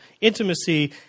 intimacy